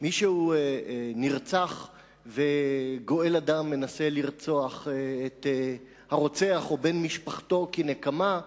כשמישהו נרצח וגואל הדם מנסה לרצוח את הרוצח או את בן משפחתו כנקמה,